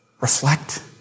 reflect